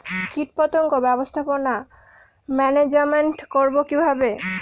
কীটপতঙ্গ ব্যবস্থাপনা ম্যানেজমেন্ট করব কিভাবে?